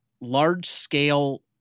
large-scale